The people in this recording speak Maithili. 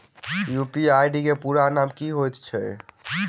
यु.पी.आई केँ पूरा नाम की होइत अछि?